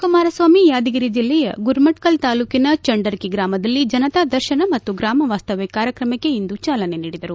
ಕುಮಾರಸ್ವಾಮಿ ಯಾದಗಿರಿ ಜಿಲ್ಲೆಯ ಗುರುಮಟ್ಕಲ್ ತಾಲೂಕಿನ ಚಂಡರಕಿ ಗ್ರಾಮದಲ್ಲಿ ಜನತಾ ದರ್ಶನ ಮತ್ತು ಗ್ರಾಮ ವಾಸ್ತವ್ಕ ಕಾರ್ಯಕ್ರಮಕ್ಕೆ ಇಂದು ಚಾಲನೆ ನೀಡಿದರು